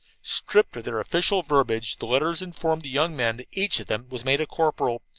stripped of their official verbiage, the letters informed the young men that each of them was made a corporal,